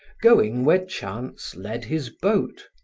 going where chance led his boat,